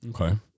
Okay